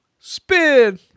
spin